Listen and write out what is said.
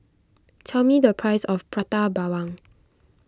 tell me the price of Prata Bawang